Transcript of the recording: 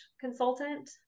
consultant